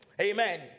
Amen